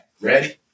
Ready